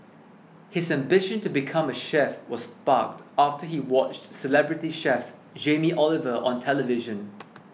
his ambition to become a chef was sparked after he watched celebrity chef Jamie Oliver on television